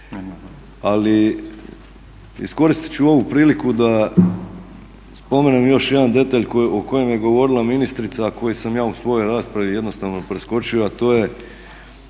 Ali iskoristit ću ovu priliku da spomenem još jedan detalj o kojem je govorila ministrica, a koji sam ja u svojoj raspravi jednostavno preskočio, a to je